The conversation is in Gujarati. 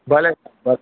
ભલે સાહેબ ભલે